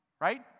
right